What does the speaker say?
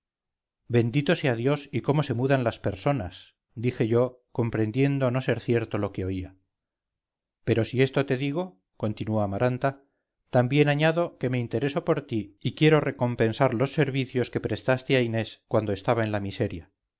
bendito sea dios y cómo se mudan laspersonas dije yo comprendiendo no ser cierto lo que oía pero si esto te digo continuó amaranta también añado que me intereso por ti y quiero recompensar los servicios que prestaste a inés cuando estaba en la miseria